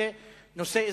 צריך שהוא יהיה נושא אזרחי,